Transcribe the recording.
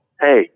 hey